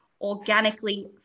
organically